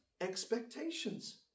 expectations